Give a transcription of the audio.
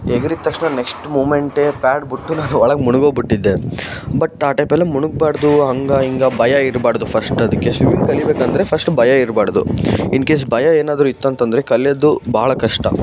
ಎಗ್ರಿದ ತಕ್ಷಣ ನೆಕ್ಶ್ಟ್ ಮೂಮೆಂಟೆ ಪ್ಯಾಡ್ ಬಿಟ್ಟು ನಾನು ಒಳಗೆ ಮುಳುಗೋಗ್ಬಿಟ್ಟಿದ್ದೆ ಬಟ್ ಆ ಟೈಪೆಲ್ಲ ಮುಳುಗ್ಬಾರ್ದು ಹಂಗೆ ಹಿಂಗೆ ಭಯ ಇರಬಾರ್ದು ಫಶ್ಟ್ ಅದಕ್ಕೆ ಶ್ವಿಮ್ಮಿಂಗ್ ಕಲಿಬೇಕೆಂದ್ರೆ ಫಶ್ಟ್ ಭಯ ಇರಬಾರ್ದು ಇನ್ ಕೇಸ್ ಭಯ ಏನಾದರೂ ಇತ್ತಂತ ಅಂದ್ರೆ ಕಲಿಯೋದು ಬಹಳ ಕಷ್ಟ